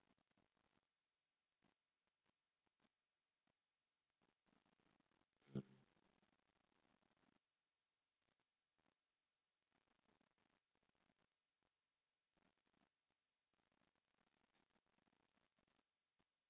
mm